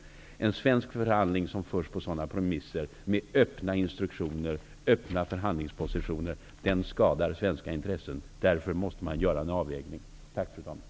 En svensk förhandling som förs på sådana premisser -- med öppna förhandlingspositioner -- skadar svenska intressen. Därför måste man göra en avvägning. Tack, fru talman.